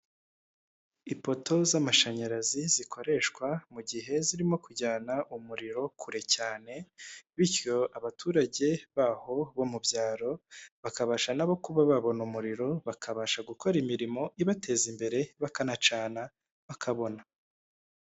Ipoto z'amashanyarazi zikoreshwa mu gihe zirimo kujyana umuriro kure cyane, bityo abaturage baho bo mu byaro bakabasha nabo kuba babona umuriro, bakabasha gukora imirimo ibateza imbere bakanacana bakabona.